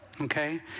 Okay